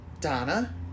Donna